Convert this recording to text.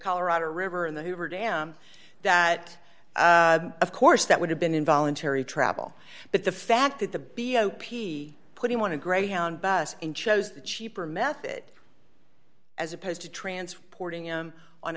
colorado river and the hoover dam that of course that would have been involuntary travel but the fact that the big p put you want to greyhound bus and chose the cheaper method as opposed to transporting him on